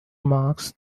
marks